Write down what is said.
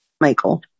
Michael